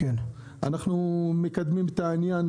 אנחנו מקדמים את העניין.